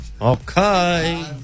Okay